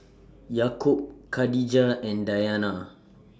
Yaakob Khadija and Dayana